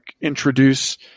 introduce